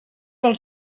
pel